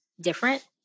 different